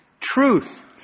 Truth